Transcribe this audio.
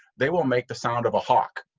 they will make the sound of a hawk.